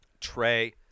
Trey